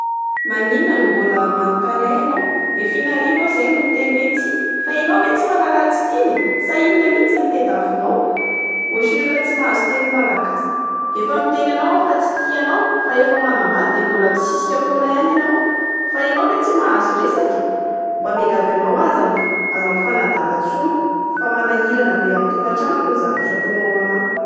Maninona no mbola manotany ahy enao, efa in-arivo aho izay no niteny hoe tsia. Fa enao ve tsy mahalala tsy tina e? Sa inona miitsy no tadiavinao? Otran'ny olona tsy mahazo teny malagasy. Efa miteny anao aho fa tsy tia anao fa efa manambady de mbola misisika foana ihany enao. Fa enao ve tsy mahazo resaka e? Mba miangavy anao aho, aza mifa- aza mifanadala intsony fa manahirana be amin'ny tokatranoko ny zavatra ataonao anà.